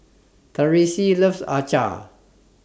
Therese loves Acar